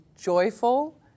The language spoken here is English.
joyful